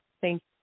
Thank